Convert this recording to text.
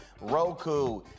roku